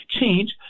change